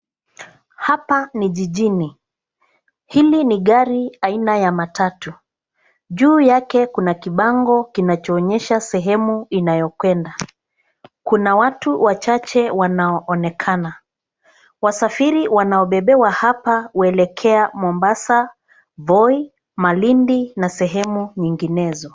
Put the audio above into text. Hapa ni jijini. Hili ni gari aina ya matatu. Juu yake kuna kibango kinachoonyesha sehemu inayokwenda. Kuna watu wachache wanaonekana. Wasafari wanaobebewa hapa huelekea Mombasa, voi, malindi na sehemu nyinginezo.